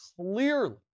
clearly